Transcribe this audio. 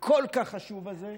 הכל-כך חשוב הזה,